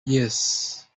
yes